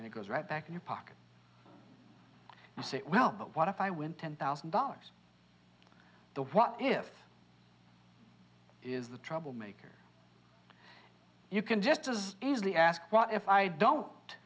and it goes right back in your pocket and say well but what if i win ten thousand dollars what if is a troublemaker you can just as easily ask what if i don't